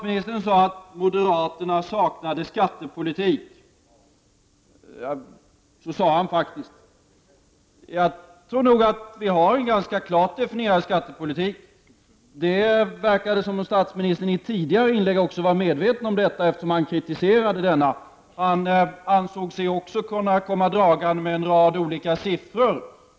Moderaterna saknade skattepolitik, sade statsministern. Så sade han faktiskt. Jag tror nog att vi moderater har en ganska klart definierad skattepolitik. Det verkade som om statsministern i tidigare inlägg också var medveten om detta, eftersom han kritiserade denna skattepolitik. Han ansåg sig också kunna komma dragande med en rad olika siffror.